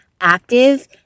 active